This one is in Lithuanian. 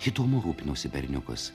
įdomu rūpinosi berniukas